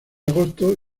agosto